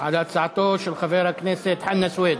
על הצעתו של חבר הכנסת חנא סוייד,